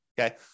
Okay